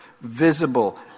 visible